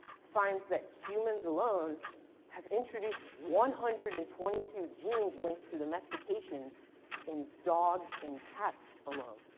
finds that humans alone have introduced one hundred and twenty two genes linked to domestication in dogs and cats alone.